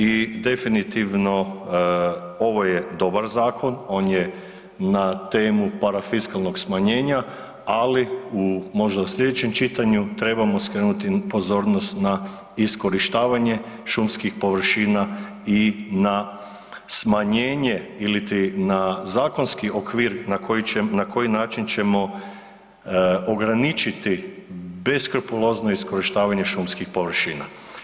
I definitivno ovo je dobar zakon on je na temu parafiskalnog smanjenja, ali u, možda u slijedećem čitanju trebamo skrenuti pozornost na iskorištavanje šumskih površina i na smanjenje iliti na zakonski okvir na koji način ćemo ograničiti beskrupulozno iskorištavanje šumskih površina.